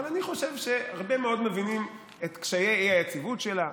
אבל אני חושב שהרבה מאוד מבינים את קשיי האי-יציבות שלה,